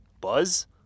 Buzz